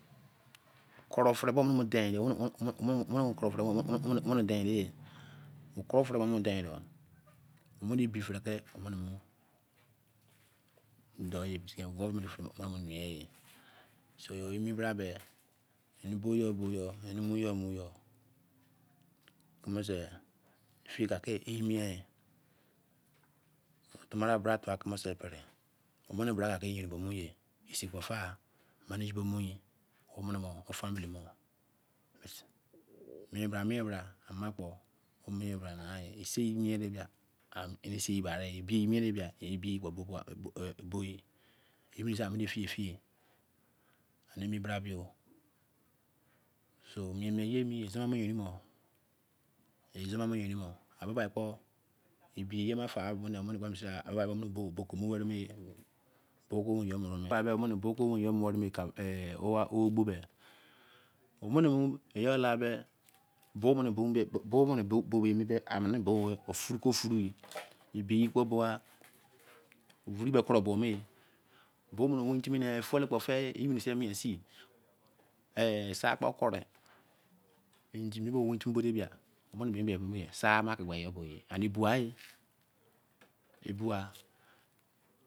Kuna fere, omene deni dei kun-fere omene den-dei-ye kun fere omee der-dei, omene ebi-fere the omene nu doh ye so ye me emi bra beh emi-ma for-nwa toi. fiye sei ke then ne, tamake bra tha keme sei pere- omene bra la yewn bo-mene-ye osen kpo fa omene nw, family mo nwen bra mien bra sei mei ena bra ye ebi miene ba ya ebi kpo bo ye-bo sei ene fi-ye-fi ye emi bra bo, mien me ye mo izon nor yenin moi fi ba kpo eba yerma fai biko ware me bo gbe-de omene mn, yoi k-de bo mene ke gba kee, furu, ke furu din kpo bougha, vuru kuru bow me, fuel kpo fer ye, serkpa kere end bo ti kere bia sei ma ko kere de ebugha eh